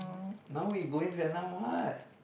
now we going Vietnam what